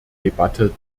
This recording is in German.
debatte